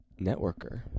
networker